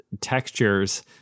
textures